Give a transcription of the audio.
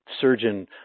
surgeon